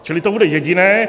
Čili to bude jediné.